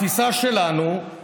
חבר הכנסת אמסלם, שנייה.